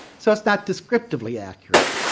so it's not descriptively accurate.